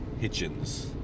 Hitchens